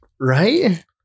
Right